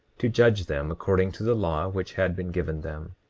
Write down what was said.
to judge them according to the law which had been given them